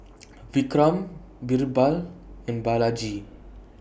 Vikram Birbal and Balaji